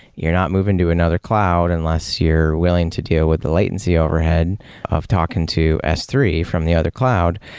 you're not moving to another cloud unless you're willing to deal with the latency overhead of talking to s three from the other cloud,